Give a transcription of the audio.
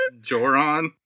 Joron